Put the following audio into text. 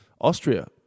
Austria